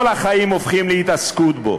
כל החיים הופכים להתעסקות בו,